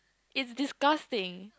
is disgusting